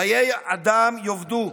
חיי אדם יאבדו,